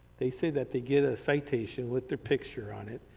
they say that they get a citation with their picture on it,